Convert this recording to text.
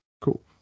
Cool